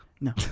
No